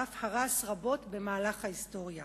ואף הרס רבות במהלך ההיסטוריה.